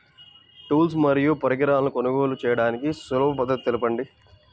Tools మరియు పరికరాలను కొనుగోలు చేయడానికి సులభ పద్దతి తెలపండి?